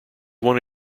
one